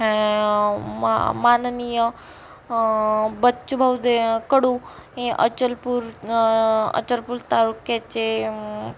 मा माननीय बच्चूभाऊ ते कडू यां अचलपूर अचलपूर तालुक्याचे आणि